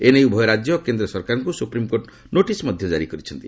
ଏ ନେଇ ଉଭୟ ରାଜ୍ୟ ଓ କେନ୍ଦ୍ର ସରକାରଙ୍କୁ ସୁପ୍ରିମ୍କୋର୍ଟ ନୋଟିସ୍ କାରି କରିଛନ୍ତି